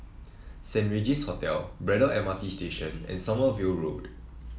Saint Regis Hotel Braddell M R T Station and Sommerville Road